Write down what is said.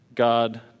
God